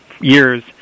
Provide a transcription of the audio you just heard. years